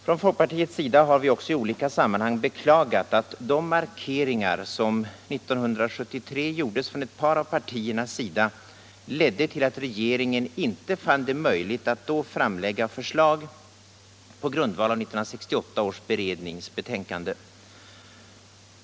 Från folkpartiets sida har vi också i olika sammanhang beklagat att de markeringar som 1972 gjordes från ett par av partiernas sida ledde till att regeringen inte fann det möjligt att då framlägga förslag på grundval av 1968 års berednings betänkande.